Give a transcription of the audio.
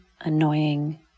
annoying